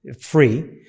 free